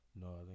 No